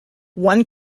one